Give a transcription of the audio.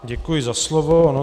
Děkuji za slovo.